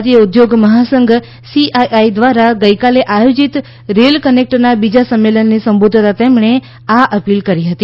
ભારતીય ઉદ્યોગ મહાસંઘ સીઆઇઆઇ દ્વા રા ગઇકાલે આયોજીત રેલ કનેકટના બીજા સંમેલનને સંબોધતા તેમણે આ અપીલ કરી હતી